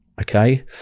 okay